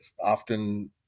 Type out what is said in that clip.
often